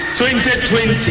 2020